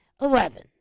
Eleven